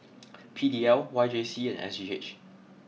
P D L Y J C and S G H